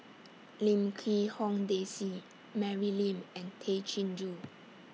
Lim Quee Hong Daisy Mary Lim and Tay Chin Joo